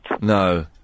No